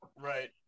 Right